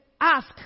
ask